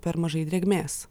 per mažai drėgmės